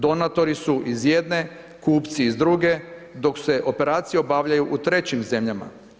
Donatori su iz jedne, kupci iz druge, dok se operacije obavljaju u trećim zemljama.